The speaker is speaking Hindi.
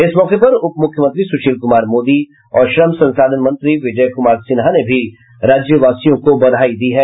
इस मौके पर उपमुख्यमंत्री सुशील कुमार मोदी और श्रम संसाधन मंत्री विजय कुमार सिन्हा ने भी राज्यवासियों को बधाई दी है